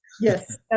Yes